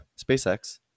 SpaceX